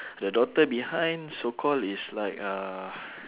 the daughter behind so call is like uh